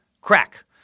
crack